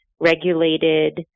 regulated